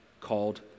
called